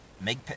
Make